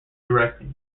directly